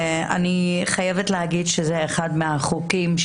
אני חייבת להגיד שזה אחד החוקים,